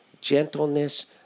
gentleness